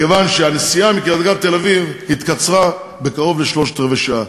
מכיוון שהנסיעה מקריית-גת לתל-אביב התקצרה בקרוב לשלושת-רבעי שעה.